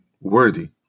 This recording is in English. worthy